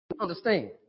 understand